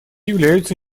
являются